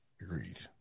Agreed